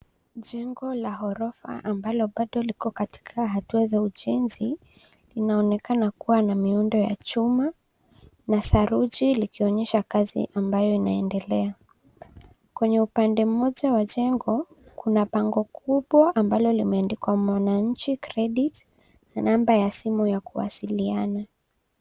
Jengo la ghorofa ambalo bado liko katika hatua za ujenzi linaonekana kuwa na miundo ya chuma na saruji likionyesha kazi ambayo inaendelea. Kwenye upande mmoja wa jengo kuna pango kubwa ambalo limeandikwa Mwananchi Credit na namba ya simu ya kuwasiliana.